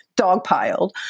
dogpiled